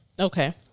Okay